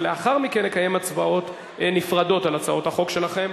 ולאחר מכן נקיים הצבעות נפרדות על הצעות החוק שלכם.